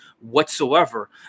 whatsoever